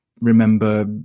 remember